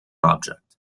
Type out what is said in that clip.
object